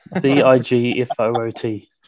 B-I-G-F-O-O-T